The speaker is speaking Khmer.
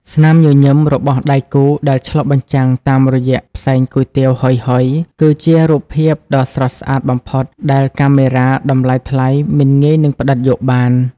ស្នាមញញឹមរបស់ដៃគូដែលឆ្លុះបញ្ចាំងតាមរយៈផ្សែងគុយទាវហុយៗ គឺជារូបភាពដ៏ស្រស់ស្អាតបំផុតដែលកាមេរ៉ាតម្លៃថ្លៃមិនងាយនឹងផ្ដិតយកបាន។